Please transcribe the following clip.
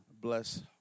bless